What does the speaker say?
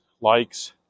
likes